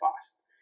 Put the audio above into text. fast